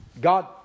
God